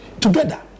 together